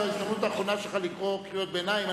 זוהי ההזדמנות האחרונה שלך לקרוא קריאות ביניים.